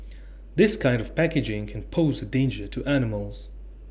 this kind of packaging can pose A danger to animals